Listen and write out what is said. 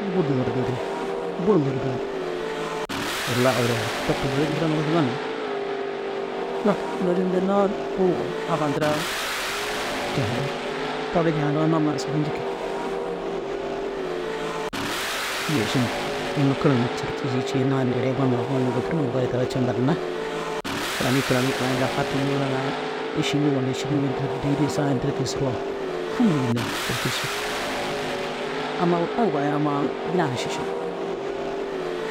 Buru nôrubdintire. Buru nôruban wallai fadirigaare kee tapka nôrupdintiraa nufadiroo ŋanimmi. Zaka nôruutinaa na uŋko abba ntiraa jahala. Teere jiran unnu amma ru saga nciki. unnu kira mire tîri tiisii cii naana nêerei gonuma ru gonum ni gutoroma ru goyi kaara ciŋa ginna kiranii kiranii kiranii iše num wulla êširin ini tira dîiree saa ini tira tiisiroo hamdûlilai buru cusu. Amma uŋgaa ye amma binaa ye na šiša.